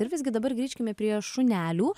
ir visgi dabar grįžkime prie šunelių